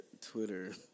Twitter